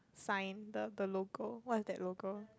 sign the the logo what is that logo